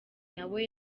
nawe